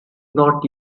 not